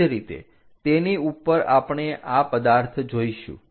તે જ રીતે તેની ઉપર આપણે આ પદાર્થ જોઈશું